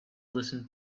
listen